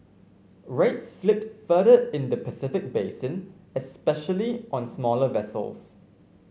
rates slipped further in the Pacific basin especially on smaller vessels